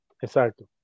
exacto